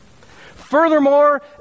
Furthermore